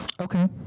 Okay